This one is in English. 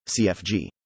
CFG